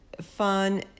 fun